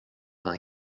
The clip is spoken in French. vingt